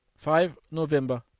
five november,